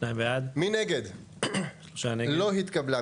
הצבעה בעד, 2 נגד, 3 נמנעים, 0 הרביזיה לא התקבלה.